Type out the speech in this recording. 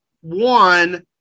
one